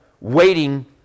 waiting